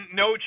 no